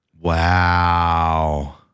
Wow